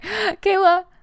kayla